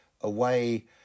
away